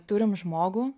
turim žmogų